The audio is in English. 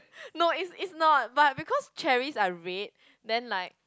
no it's it's not but because cherries are red then like